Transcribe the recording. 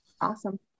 Awesome